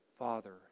Father